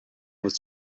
would